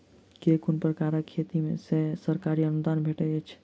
केँ कुन प्रकारक खेती मे सरकारी अनुदान भेटैत अछि?